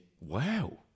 Wow